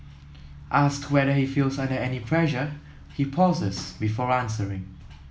asked whether he feels under any pressure he pauses before answering